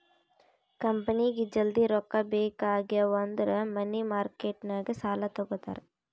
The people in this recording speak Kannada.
ಕಂಪನಿಗ್ ಜಲ್ದಿ ರೊಕ್ಕಾ ಬೇಕ್ ಆಗಿವ್ ಅಂದುರ್ ಮನಿ ಮಾರ್ಕೆಟ್ ನಾಗ್ ಸಾಲಾ ತಗೋತಾರ್